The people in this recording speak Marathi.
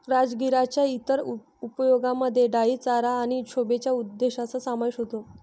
राजगिराच्या इतर उपयोगांमध्ये डाई चारा आणि शोभेच्या उद्देशांचा समावेश होतो